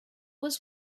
was